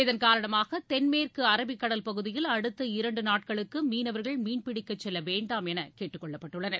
இதன் காரணமாக தென்மேற்கு அரபிக்கடல் பகுதியில் அடுத்த இரண்டு நாட்களுக்கு மீனவர்கள் மீன்பிடிக்க செல்லவேண்டாம் என கேட்டுக்கொள்ளப்பட்டுள்ளனர்